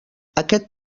aquest